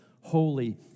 holy